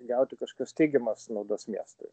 gauti kažkokios teigiamos naudos miestui